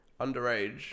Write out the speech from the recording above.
underage